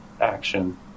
action